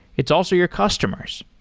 it's also your customers.